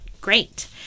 great